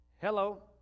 hello